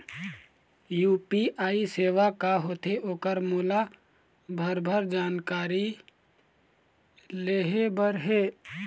UPI सेवा का होथे ओकर मोला भरभर जानकारी लेहे बर हे?